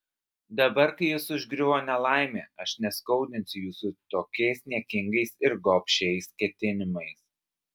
dabar kai jus užgriuvo nelaimė aš neskaudinsiu jūsų tokiais niekingais ir gobšiais ketinimais